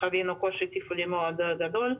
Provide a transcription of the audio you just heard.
חווינו קושי תפעולי מאוד גדול.